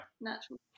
natural